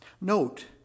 Note